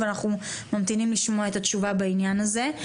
אנחנו ממתינים לשמוע את התשובה בעניין הזה.